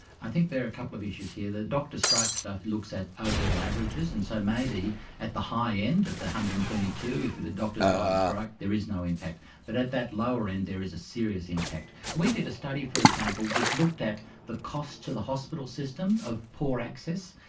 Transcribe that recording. i think there are a couple of issues here. the doctor strike stuff looks at ah overall averages, and so maybe at the high end, at the one hundred and twenty two, if the the doctors go on strike there is no impact, but at that lower end there is a serious impact. we did a study, for example, which looked at the cost to the hospital system of poor access,